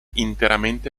interamente